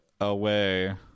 away